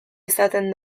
izaten